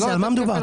על מה מדובר?